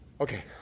Okay